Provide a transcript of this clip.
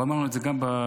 הוא אמר את זה גם בפרטי,